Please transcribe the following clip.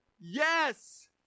yes